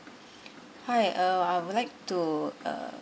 hi uh I would like to uh